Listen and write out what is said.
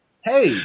Hey